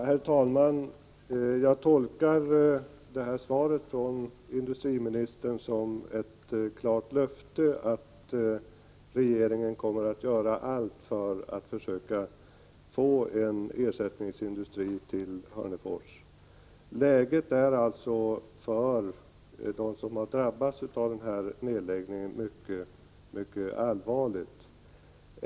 Herr talman! Jag tolkar det här svaret från industriministern som ett klart löfte att regeringen kommer att göra allt för att försöka få en ersättningsindustri till Hörnefors. Läget för dem som har drabbats av nedläggningen är alltså mycket allvarligt.